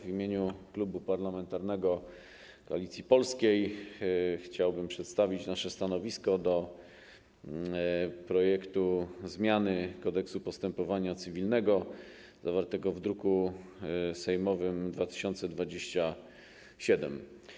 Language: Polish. W imieniu Klubu Parlamentarnego Koalicja Polska chciałbym przedstawić nasze stanowisko wobec projektu zmiany Kodeksu postępowania cywilnego, zawartego w druku sejmowym nr 2027.